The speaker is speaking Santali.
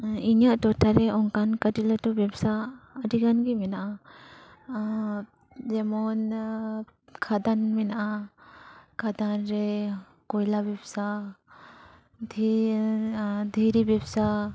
ᱤᱧᱟᱹᱜ ᱴᱚᱴᱷᱟ ᱨᱮ ᱚᱱᱠᱟᱱ ᱠᱟᱹᱴᱤᱡ ᱞᱟᱹᱴᱩ ᱵᱮᱵᱥᱟ ᱟᱹᱰᱤ ᱜᱟᱱ ᱜᱮ ᱢᱮᱱᱟᱜᱼᱟ ᱟᱨ ᱡᱮᱢᱚᱱ ᱠᱷᱟᱫᱟᱱ ᱢᱮᱱᱟᱜᱼᱟ ᱠᱷᱟᱫᱟᱱ ᱨᱮ ᱠᱚᱭᱞᱟ ᱵᱮᱵᱥᱟ ᱫᱤᱭᱮ ᱟᱨ ᱫᱷᱤᱨᱤ ᱵᱮᱵᱥᱟ